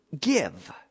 give